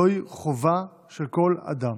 זוהי חובה של כל אדם.